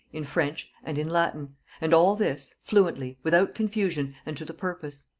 in french, and in latin and all this, fluently, without confusion, and to the purpose.